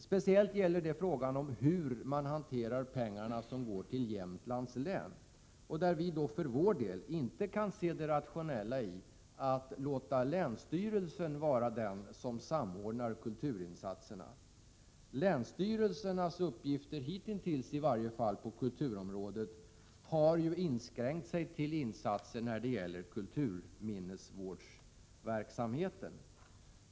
Det gäller speciellt frågan om hur pengarna som går till Jämtlands län hanteras. Inom centern kan vi inte se det rationella i att låta länsstyrelsen samordna kulturinsatserna. Länsstyrelsernas uppgifter på kulturområdet har, i varje fall hittills, inskränkt sig till insatser när det gäller kulturminnesvårdsverksamheten.